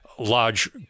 large